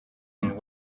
and